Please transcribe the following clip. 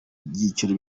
byiciro